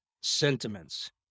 sentiments